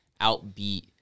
outbeat